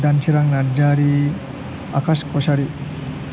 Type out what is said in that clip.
Dansorang Narzary Akash Kachary